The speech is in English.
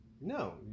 No